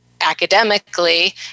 academically